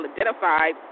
identified